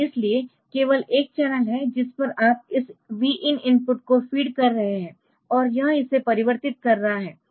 इसलिए केवल एक चैनल है जिस पर आप इस Vin इनपुट को फीड कर रहे है और यह इसे परिवर्तित कर रहा है